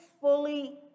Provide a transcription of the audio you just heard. fully